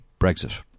Brexit